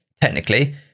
technically